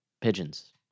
Pigeons